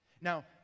now